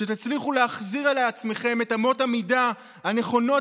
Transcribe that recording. שתצליחו להחזיר לעצמכם את אמות המידה הנכונות,